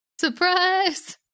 Surprise